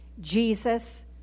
Jesus